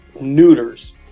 neuters